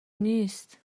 نیست